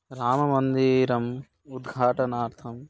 राममन्दिरम् उद्घाटनार्थम्